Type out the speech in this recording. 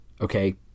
okay